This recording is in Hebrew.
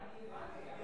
אני הבנתי,